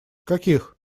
каких